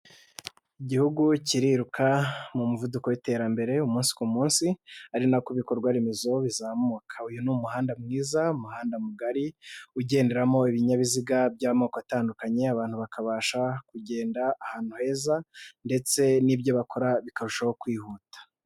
Igihugu kiriruka mu muvuduko w'iterambere umunsi ku munsi, ari nako ibikorwa remezo bizamuka, uyu ni umuhanda mwiza muhanda mugari, ugenderamo ibinyabiziga by'amoko atandukanye, abantu bakabasha kugenda ahantu heza ndetse n'ibyo bakora bikarushaho kwihuta.